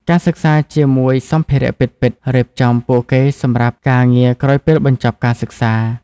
ការសិក្សាជាមួយសម្ភារៈពិតៗរៀបចំពួកគេសម្រាប់ការងារក្រោយពេលបញ្ចប់ការសិក្សា។